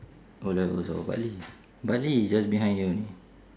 O levels I was bartley bartley is just behind here only